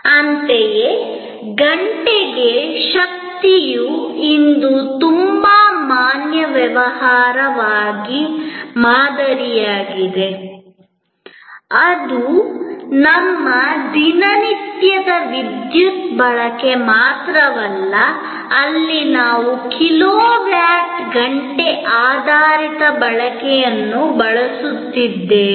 ಅಂತೆಯೇ ಗಂಟೆಗೆ ಶಕ್ತಿಯು ಇಂದು ತುಂಬಾ ಮಾನ್ಯ ವ್ಯವಹಾರ ಮಾದರಿಯಾಗಿದೆ ಇದು ನಮ್ಮ ದಿನನಿತ್ಯದ ವಿದ್ಯುತ್ ಬಳಕೆ ಮಾತ್ರವಲ್ಲ ಅಲ್ಲಿ ನಾವು ಕಿಲೋವ್ಯಾಟ್ ಗಂಟೆ ಆಧಾರಿತ ಬಳಕೆಯನ್ನು ಬಳಸುತ್ತಿದ್ದೇವೆ